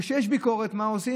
וכשיש ביקורת, מה עושים?